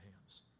hands